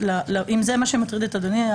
אם זה מה שמטריד את אדוני,